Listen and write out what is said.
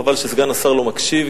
חבל שסגן השר לא מקשיב,